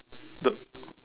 the